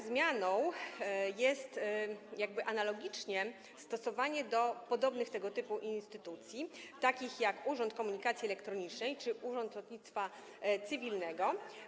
Zmianą jest jakby analogiczne stosowanie tego do podobnych instytucji, takich jak Urząd Komunikacji Elektronicznej czy Urząd Lotnictwa Cywilnego.